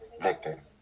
victor